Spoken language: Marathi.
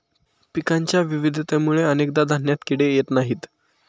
पिकांच्या विविधतेमुळे अनेकदा धान्यात किडे येत नाहीत